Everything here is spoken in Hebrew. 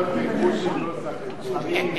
אכן,